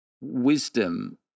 wisdom